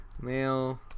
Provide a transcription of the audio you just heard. Male